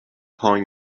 calling